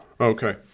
Okay